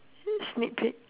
sneak peek